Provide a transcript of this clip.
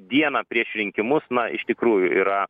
dieną prieš rinkimus na iš tikrųjų yra